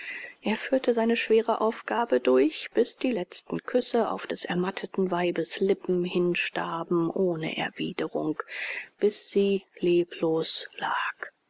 er führte seine schwere aufgabe durch bis die letzten küsse auf des ermatteten weibes lippen hinstarben ohne erwiderung bis sie leblos lag